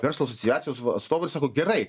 verslo asociacijos atstovai ir sako gerai